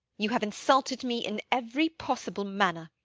you have insulted me in every possible manner.